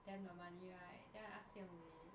then the money right then I ask jian wei